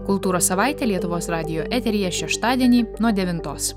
kultūros savaitė lietuvos radijo eteryje šeštadienį nuo devintos